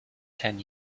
ten